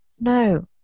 no